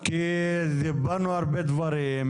כי דיברנו על הרבה דברים,